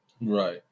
Right